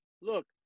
Look